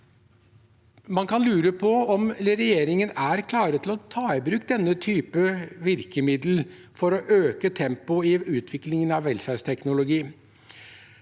Man kan lure på om regjeringen er klar til å ta i bruk denne type virkemiddel for å øke tempoet i utviklingen av velferdsteknologi.